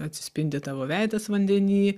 atsispindi tavo veidas vandeny